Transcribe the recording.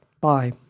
Bye